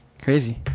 Crazy